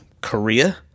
Korea